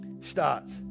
starts